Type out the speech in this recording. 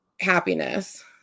happiness